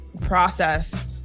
process